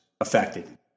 affected